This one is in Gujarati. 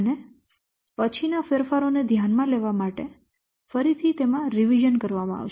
અને પછીના ફેરફારો ને ધ્યાનમાં લેવા માટે પછીથી રીવીઝન કરવામાં આવશે